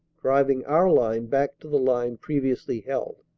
driving our line back to the line previously held.